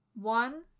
One